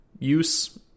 use